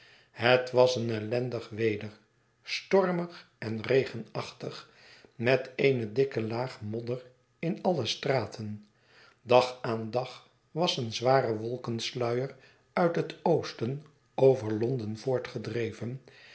het was een ellendig weder stormig en regenachtig met eene dikke laag modder in alle straten dag aan dag was een zware wolkensluier uit het oosten over londen voortgedreven